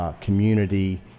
Community